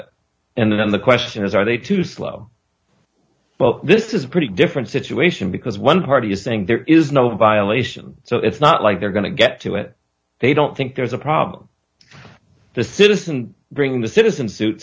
it and then the question is are they too slow but this is pretty different situation because one party is saying there is no violation so it's not like they're going to get to it they don't think there's a problem the citizen bringing the citizen suit